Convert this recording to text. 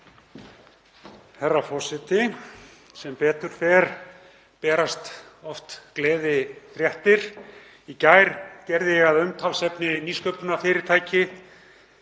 Herra forseti. Sem betur fer berast oft gleðifréttir. Í gær gerði ég að umtalsefni nýsköpunarfyrirtækið